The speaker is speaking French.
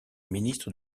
ministre